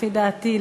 לפי דעתי,